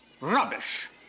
Rubbish